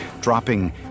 dropping